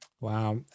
Wow